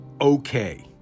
okay